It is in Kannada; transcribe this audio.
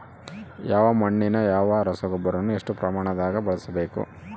ಯಾವ ಮಣ್ಣಿಗೆ ಯಾವ ರಸಗೊಬ್ಬರವನ್ನು ಎಷ್ಟು ಪ್ರಮಾಣದಾಗ ಬಳಸ್ಬೇಕು?